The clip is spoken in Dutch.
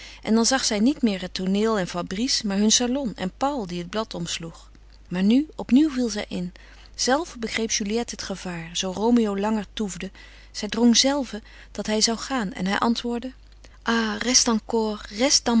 en dan zag zij niet meer het tooneel en fabrice maar hun salon en paul die het blad omsloeg maar nu opnieuw viel zij in zelve begreep juliette het gevaar zoo roméo langer toefde zij drong zelve dat hij zou gaan en hij antwoordde ah reste encor reste dans